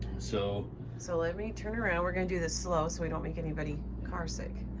so so let me turn around, we're gonna do this slow so we don't make anybody car sick.